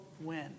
win